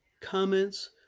comments